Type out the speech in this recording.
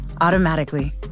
automatically